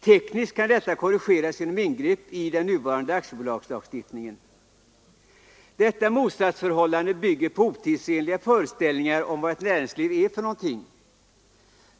Tekniskt kan detta korrigeras genom ingrepp i den nuvarande aktiebolagslagstiftningen. Detta motsatsförhållande bygger på otidsenliga föreställningar om vad ett näringsliv är för någonting.